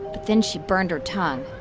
but then she burned her tongue,